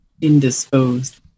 indisposed